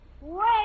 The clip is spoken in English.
Wait